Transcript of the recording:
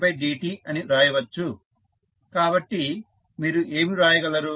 కాబట్టి మీరు ఏమి వ్రాయగలరు